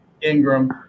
Ingram